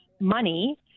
money